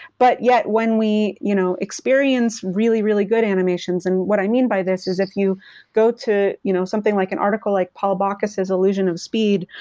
but yet, when we, you know, experience really really good animations and what i mean by this is if you go to you know something like an article like paul bakaus' illusion of speed,